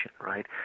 right